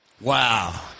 Wow